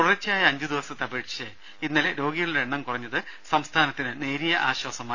തുടർച്ചയായ അഞ്ചു ദിവസത്തെ അപേക്ഷിച്ച് ഇന്നലെ രോഗികളുടെ എണ്ണം കുറഞ്ഞത് സംസ്ഥാനത്തിന് നേരിയ ആശ്വാസമായി